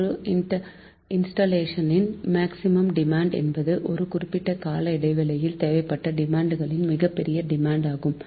ஒரு இன்ஸ்டல்லேஷனின் maximum demand என்பது ஒரு குறிப்பிட்ட கால இடைவேளையில் தேவைப்பட்ட டிமாண்ட்களில் மிகப்பெரிய டிமாண்ட் ஆகும்